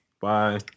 Bye